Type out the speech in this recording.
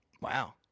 Wow